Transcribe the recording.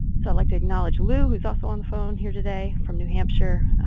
so i'd like to acknowledge lou, who's also on the phone here today from new hampshire,